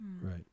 Right